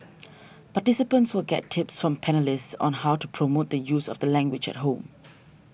participants will get tips from panellists on how to promote the use of the language at home